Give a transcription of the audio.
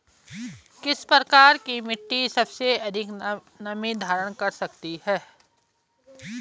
किस प्रकार की मिट्टी सबसे अधिक नमी धारण कर सकती है?